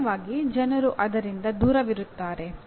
ಸಾಮಾನ್ಯವಾಗಿ ಜನರು ಅದರಿಂದ ದೂರವಿರುತ್ತಾರೆ